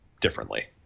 differently